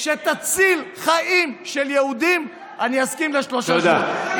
שתציל חיים של יהודים, אני אסכים לשלושה שבועות.